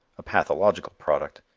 a pathological product,